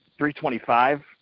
325